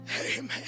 Amen